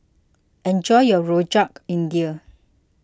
enjoy your Rojak India